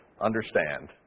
understand